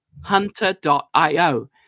Hunter.io